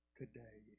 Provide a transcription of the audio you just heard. today